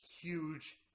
Huge